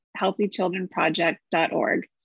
healthychildrenproject.org